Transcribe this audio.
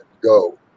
go